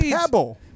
pebble